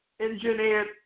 engineered